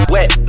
Wet